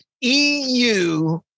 EU